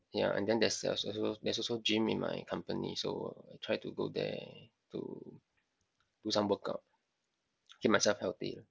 ya and then there's there's also there's also gym in my company so I try to go there to do some workout keep myself healthy